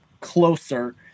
closer